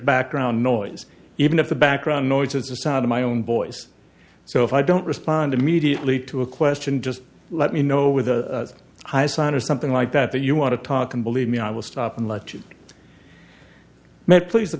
background noise even if the background noise is a sound of my own voice so if i don't respond immediately to a question just let me know with a high sign or something like that that you want to talk and believe me i will stop and let you met please the